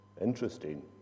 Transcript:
interesting